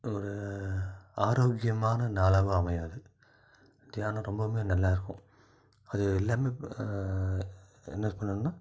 ஒரு ஆரோக்கியமான நாளாகவும் அமையும் அது தியானம் ரொம்பவுமே நல்லாயிருக்கும் அது எல்லாமே இப்போ என்னது பண்ணனும்னா